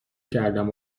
کردم